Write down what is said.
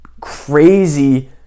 crazy